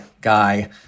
guy